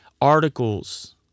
articles